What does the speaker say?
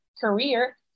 career